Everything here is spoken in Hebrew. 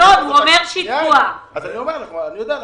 אני מודה לך.